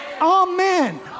amen